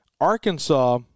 Arkansas